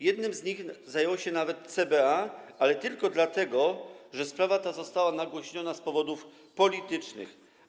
Jednym z nich zajęło się nawet CBA, ale tylko dlatego, że sprawa ta została nagłośniona z powodów politycznych.